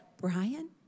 Brian